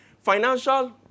financial